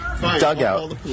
dugout